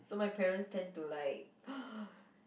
so my parents tend to like